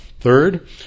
Third